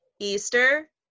Easter